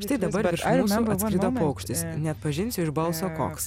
štai dabar virš mūsų atskrido paukštis neatpažinsi iš balso koks